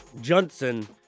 Johnson